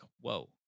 whoa